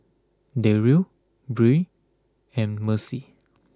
Deryl Bryn and Mercy